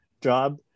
job